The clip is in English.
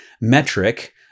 metric